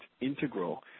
integral